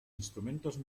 instrumentos